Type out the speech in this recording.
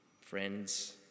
friends